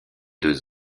deux